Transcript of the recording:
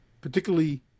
particularly